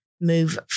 move